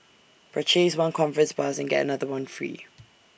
purchase one conference pass and get another one free